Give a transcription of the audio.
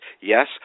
Yes